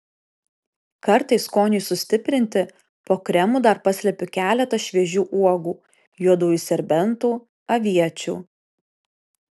kartais skoniui sustiprinti po kremu dar paslepiu keletą šviežių uogų juodųjų serbentų aviečių